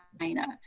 China